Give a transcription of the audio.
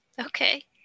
Okay